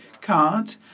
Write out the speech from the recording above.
card